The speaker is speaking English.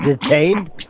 Detained